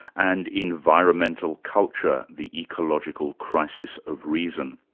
and environmental culture the ecological crisis of reason.